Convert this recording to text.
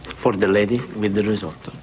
for the lady that